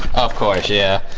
of course yeah,